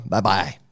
Bye-bye